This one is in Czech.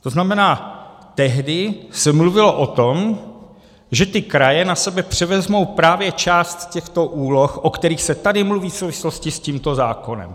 To znamená, tehdy se mluvilo o tom, že ty kraje na sebe převezmou právě část těchto úloh, o kterých se tady mluví v souvislosti s tímto zákonem.